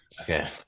Okay